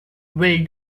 will